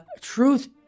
truth